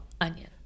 onion